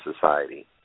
society